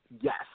Yes